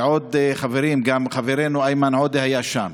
עוד מעט יש הצבעה.